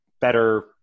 better